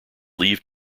leave